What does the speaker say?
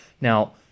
Now